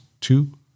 two